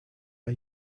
are